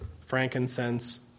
frankincense